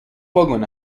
واگن